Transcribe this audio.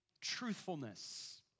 truthfulness